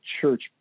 church